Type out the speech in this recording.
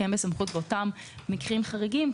שמדובר בסמכות באותם מקרים חריגים,